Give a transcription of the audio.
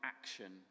action